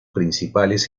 principales